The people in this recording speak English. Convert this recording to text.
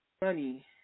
money